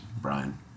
Brian